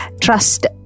Trust